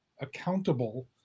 accountable